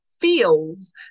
feels